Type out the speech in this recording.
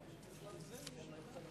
זו בהחלט מחאה.